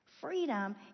Freedom